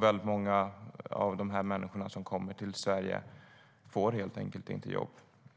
Väldigt många av dem som kommer till Sverige får helt enkelt inte jobb.